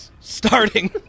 Starting